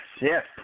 yes